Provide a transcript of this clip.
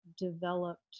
developed